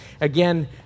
again